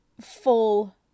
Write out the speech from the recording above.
full